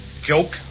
joke